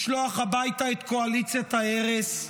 לשלוח הביתה את קואליציית ההרס.